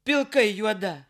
pilkai juodą